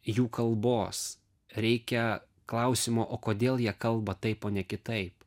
jų kalbos reikia klausimo o kodėl jie kalba taip o ne kitaip